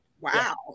Wow